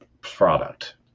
product